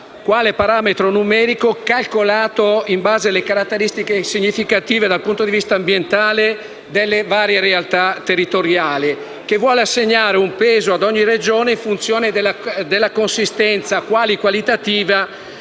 quale parametro numerico calcolato in base alle caratteristiche significative dal punto di vista ambientale delle varie realtà territoriali e che vuole assegnare un peso ad ogni Regione in funzione della consistenza quali-quantitativa